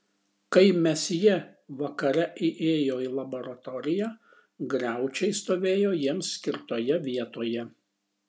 kai mesjė vakare įėjo į laboratoriją griaučiai stovėjo jiems skirtoje vietoje